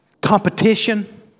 Competition